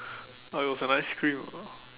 uh it was an ice cream ah